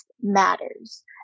matters